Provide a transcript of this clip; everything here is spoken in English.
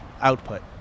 output